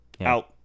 Out